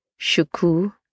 Shuku